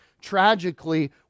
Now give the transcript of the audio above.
tragically